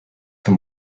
for